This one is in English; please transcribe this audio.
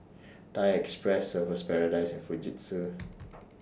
Thai Express Surfer's Paradise and Fujitsu